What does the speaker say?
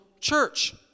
church